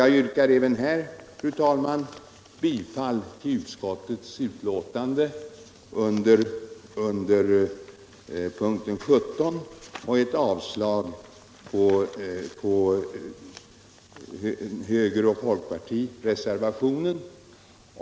Jag yrkar alltså bifall till utskottets hemställan i avsnittet 10 och sålunda avslag på höger och folkpartireservationen.